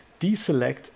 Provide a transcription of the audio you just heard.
deselect